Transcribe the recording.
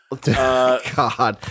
God